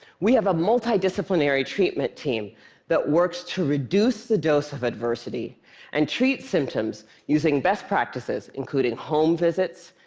we have a multidisciplinary treatment team that works to reduce the dose of adversity and treat symptoms using best practices, including home visits,